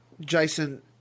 Jason